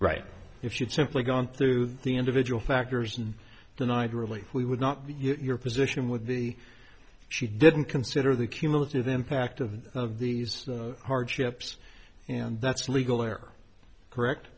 right if you'd simply gone through the individual factors and denied relief we would not be your position with the she didn't consider the cumulative impact of of these hardships and that's legal or correct